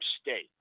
state